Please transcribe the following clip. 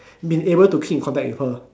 been able to keep in contact with her